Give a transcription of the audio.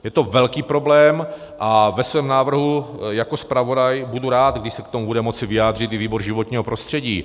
Je to velký problém a ve svém návrhu jako zpravodaj budu rád, když se k tomu bude moci vyjádřit i výbor životního prostředí.